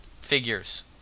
Figures